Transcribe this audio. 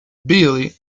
billy